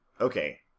Okay